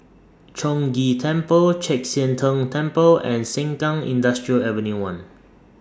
Chong Ghee Temple Chek Sian Tng Temple and Sengkang Industrial Avenue one